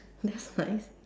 that's nice